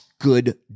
good